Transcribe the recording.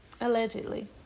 allegedly